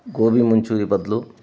ಗೋಬಿಮಂಚೂರಿ ಬದಲು